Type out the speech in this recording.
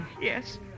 Yes